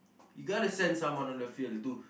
you got to send someone on the field too